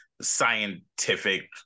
scientific